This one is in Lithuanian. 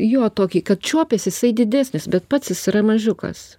jo tokį kad čiuopiasi jisai didesnis bet pats jis yra mažiukas